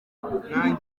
ukuri